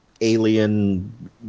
alien